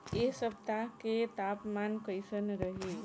एह सप्ताह के तापमान कईसन रही?